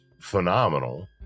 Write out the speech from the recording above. phenomenal